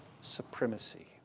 supremacy